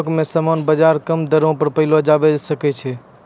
थोक मे समान बाजार से कम दरो पर पयलो जावै सकै छै